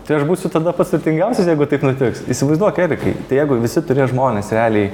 tai aš būsiu tada pats turtingiausias jeigu taip nutiks įsivaizduok erikai tai jeigu visi turės žmonės realiai